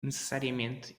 necessariamente